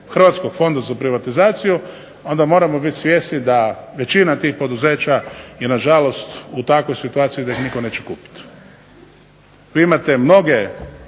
Hrvatskog fonda za privatizaciju onda moramo biti svjesni da većina tih poduzeća je na žalost u takvoj situaciji da ih nitko neće kupiti. Vi imate mnoge